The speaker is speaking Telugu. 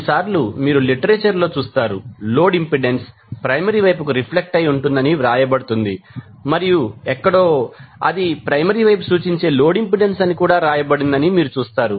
కొన్నిసార్లు మీరు లిటరేచర్ లో చూస్తారు లోడ్ ఇంపెడెన్స్ ప్రైమరీ వైపుకు రిఫ్లెక్ట్ అయి ఉంటుంది అని వ్రాయబడుతుంది మరియు ఎక్కడో అది ప్రైమరీ వైపు సూచించే లోడ్ ఇంపెడెన్స్ అని వ్రాయబడిందని మీరు చూస్తారు